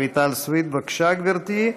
חברת הכנסת רויטל סויד, בבקשה, גברתי.